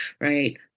right